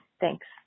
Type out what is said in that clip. Thanks